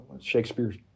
Shakespeare's